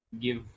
give